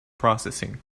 processing